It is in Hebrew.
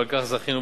ועל כך זכינו,